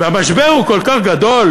המשבר הוא כל כך גדול,